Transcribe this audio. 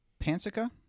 Pansica